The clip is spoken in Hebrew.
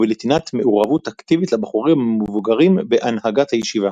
ובנתינת מעורבות אקטיבית לבחורים המבוגרים בהנהגת הישיבה.